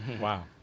Wow